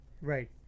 right